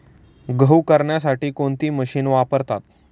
गहू करण्यासाठी कोणती मशीन वापरतात?